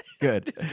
good